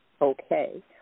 okay